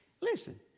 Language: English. Listen